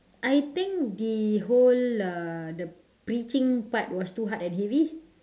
I think the whole uh the preaching part was too hard and heavy